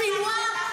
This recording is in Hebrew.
סנוואר.